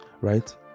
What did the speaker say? right